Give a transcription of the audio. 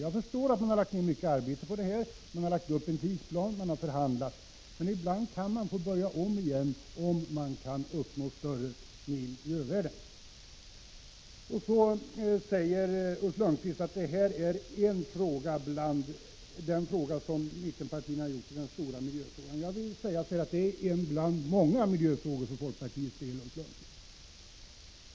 Jag förstår att man har lagt ned mycket arbete på detta förslag. Man har lagt upp en tidsram, och man har förhandlat. Men ibland kan man få börja om igen, om man därmed kan uppnå större miljövärde. Ulf Lönnqvist säger att detta är den fråga som mittenpartierna har gjort till den stora miljöfrågan. Jag vill säga att det är en bland många miljöfrågor för folkpartiets del, Ulf Lönnqvist.